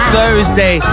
Thursday